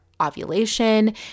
ovulation